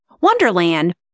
Wonderland